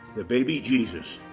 the baby jesus,